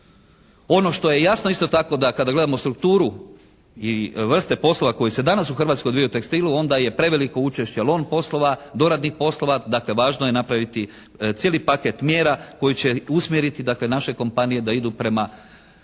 Ono što je jasno isto tako da kada gledamo strukturu i vrste poslova koji se danas u Hrvatskoj odvijaju u tekstilu onda je preveliko učešće lom poslova, doradnih poslova. Dakle važno je napraviti cijeli paket mjera koji će usmjeriti dakle naše kompanije da idu prema kvalitetnijim